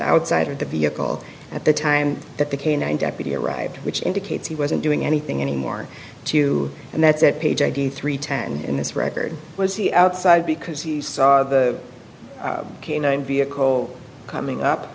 outside of the vehicle at the time that the canine deputy arrived which indicates he wasn't doing anything any more to you and that's at page eighty three ten in this record was he outside because he saw the canine vehicle coming up